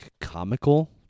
comical